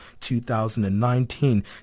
2019